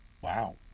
wow